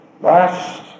Last